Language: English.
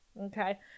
okay